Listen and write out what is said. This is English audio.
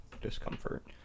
discomfort